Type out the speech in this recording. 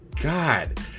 god